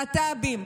להט"בים,